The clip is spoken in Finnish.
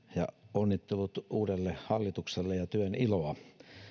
onnittelut uudelle hallitukselle ja työn iloa